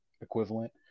equivalent